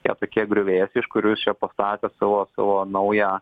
tie tokie griuvėsiai iš kurių jis čia pastatė savo savo naują